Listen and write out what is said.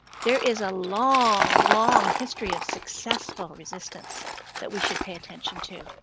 there is a long, long history of successful resistance that we should pay attention to,